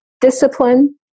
discipline